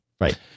Right